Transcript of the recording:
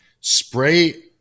spray